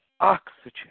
oxygen